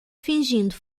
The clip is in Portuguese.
fingindo